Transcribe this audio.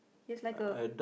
his like a